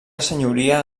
senyoria